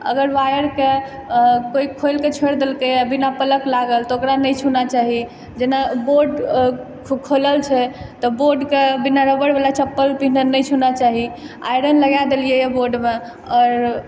अगर वायरके कोइ खोलिक छोरि देलकयए बिना प्लक लागल तऽ ओकरा नहि छूना चाही जेना बोर्ड खुलल छै तऽ बोर्डके बिना रबड़ वाला चप्पल पिनहने नहि छूना चाही आइरन लगाए देलियए बोर्डमे आओर